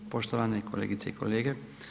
Poštovane kolegice i kolege.